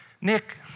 Nick